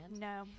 No